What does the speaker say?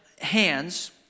hands